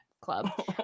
club